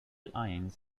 ions